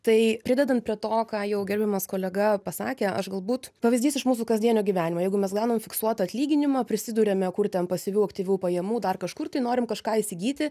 tai pridedant prie to ką jau gerbiamas kolega pasakė aš galbūt pavyzdys iš mūsų kasdienio gyvenimo jeigu mes gaunam fiksuotą atlyginimą prisiduriame kur ten pasyvių aktyvių pajamų dar kažkur tai norim kažką įsigyti